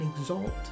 exalt